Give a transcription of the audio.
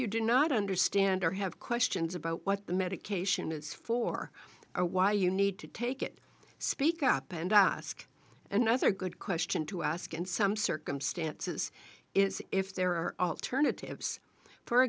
you do not understand or have questions about what the medication is for or why you need to take it speak up and ask another good question to ask in some circumstances it's if there are alternatives for